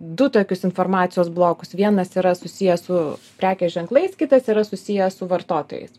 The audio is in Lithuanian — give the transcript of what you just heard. du tokius informacijos blokus vienas yra susiję su prekės ženklais kitas yra susiję su vartotojais